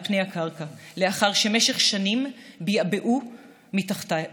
פני הקרקע לאחר שבמשך שנים בעבעו מתחתיה.